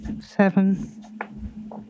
seven